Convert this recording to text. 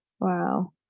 wow